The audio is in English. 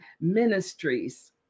ministries